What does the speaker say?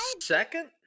second